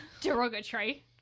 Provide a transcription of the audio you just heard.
Derogatory